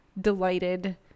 delighted